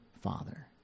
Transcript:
father